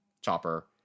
chopper